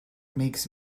makes